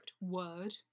word